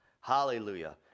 Hallelujah